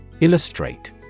Illustrate